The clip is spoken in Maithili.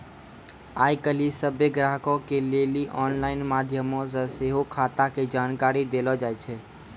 आइ काल्हि सभ्भे ग्राहको के लेली आनलाइन माध्यमो से सेहो खाता के जानकारी देलो जाय छै